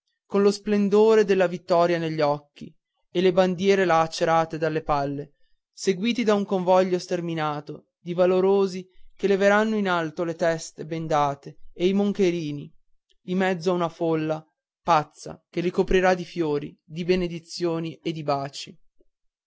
con lo splendore della vittoria negli occhi e le bandiere lacerate dalle palle seguiti da un convoglio sterminato di valorosi che leveranno in alto le teste bendate e i moncherini in mezzo a una folla pazza che li coprirà di fiori di benedizioni e di baci